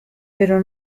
pero